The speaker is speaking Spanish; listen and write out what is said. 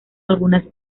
algunas